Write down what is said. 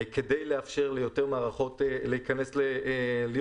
כדי לאפשר ליותר מערכות להיות רלוונטיות.